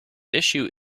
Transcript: issue